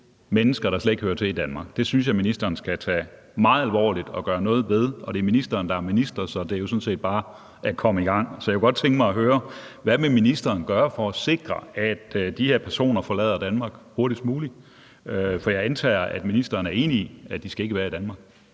mennesker, der slet ikke hører til i Danmark. Det synes jeg ministeren skal tage meget alvorligt og gøre noget ved. Det er ministeren, der er minister, så det er sådan set bare at komme i gang. Så jeg kunne godt tænke mig at høre, hvad ministeren vil gøre for at sikre, at de her personer forlader Danmark hurtigst muligt, for jeg antager, at ministeren er enig i, at de ikke skal være i Danmark.